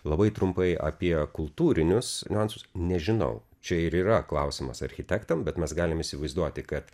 labai trumpai apie kultūrinius niuansus nežinau čia ir yra klausimas architektam bet mes galim įsivaizduoti kad